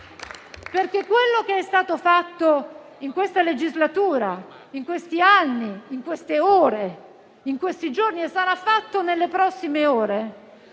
Ciò che è stato fatto in questa legislatura, in questi anni, in queste ore, in questi giorni e sarà fatto nelle prossime ore,